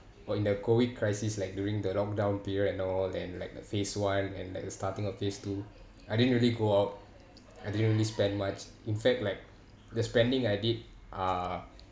or in the COVID crisis like during the lockdown period and all and like the phase one and like the starting of phase two I didn't really go out I didn't really spend much in fact like the spending I did uh